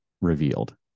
revealed